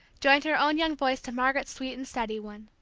joined her own young voice to margaret's sweet and steady one.